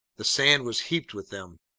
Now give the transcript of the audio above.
the sand was heaped with them.